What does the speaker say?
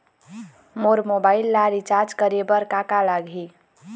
मोर mobile ला recharge करे बर का का लगही?